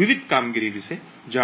વિવિધ કામગીરી વિશે જાણે છે